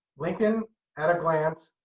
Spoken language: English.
lincoln at a glance,